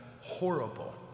horrible